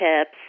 tips